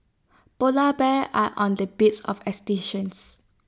Polar Bears are on the bids of extinction